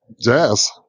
jazz